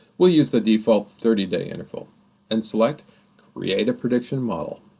we'll use the default thirty day interval and select create a prediction model.